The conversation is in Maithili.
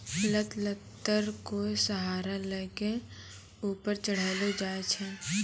लत लत्तर कोय सहारा लै कॅ ऊपर चढ़ैलो जाय छै